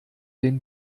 den